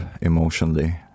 emotionally